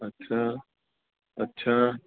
अच्छा अच्छा